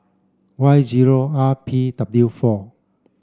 Y zero R P W four